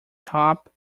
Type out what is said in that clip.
top